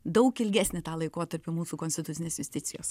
daug ilgesnį tą laikotarpį mūsų konstitucinės justicijos